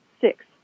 Six